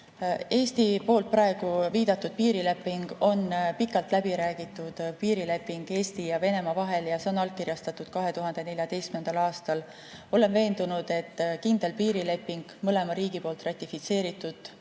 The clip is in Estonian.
eest! Praegu viidatud piirileping on pikalt läbi räägitud piirileping Eesti ja Venemaa vahel ja see on allkirjastatud 2014. aastal. Olen veendunud, et kindel piirileping, mõlema riigi poolt ratifitseeritud piirileping,